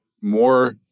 more